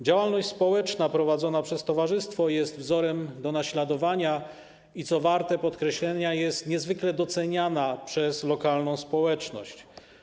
Działalność społeczna prowadzona przez towarzystwo jest wzorem do naśladowania i, co warte podkreślenia, jest niezwykle doceniana przez lokalną społeczność.